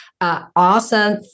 awesome